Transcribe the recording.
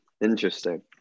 Interesting